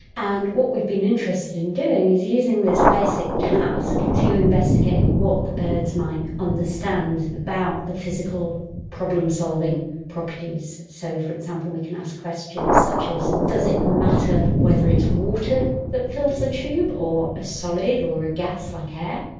and what we've been interested in doing is using this basic task to investigate what the birds might understand about the physical problem-solving properties. so, for example, we can ask questions such as does it matter whether it's water that fills the tube, or a solid or a gas like air?